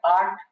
art